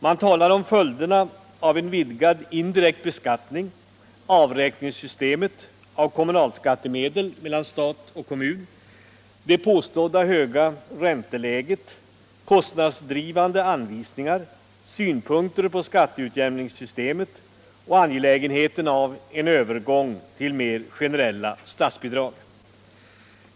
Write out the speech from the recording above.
Man talar om följderna av en vidgad indirekt beskattning, systemet för avräkning av kommunalskattemedel mellan stat och kommun, det påstådda höga ränteläget, kostnadsdrivande anvisningar, synpunkter på skattcutjämningssystemet och angelägenheten av en övergång till mer generella statsbidrag.